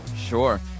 sure